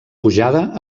pujada